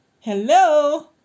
Hello